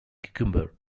cucumber